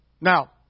Now